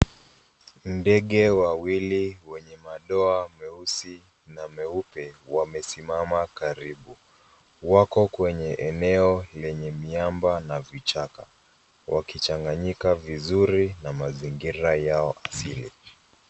Ndege wawili wenye madoa meusi na meupe wamesimama karibu. Wako kwenye eneo lenye miamba na vichaka wakichanganyika vizuri na mazingira yao asili.